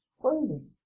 clothing